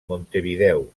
montevideo